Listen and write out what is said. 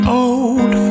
old